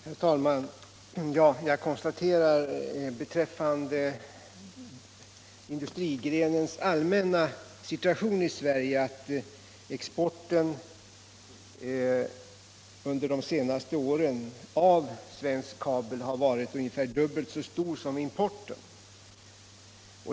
Herr talman! Jag konstaterar beträffande industrigrenens allmänna situation i Sverige att exporten av svensk kabel under de senaste åren har varit ungefär dubbelt så stor som importen.